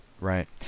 Right